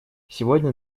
сегодня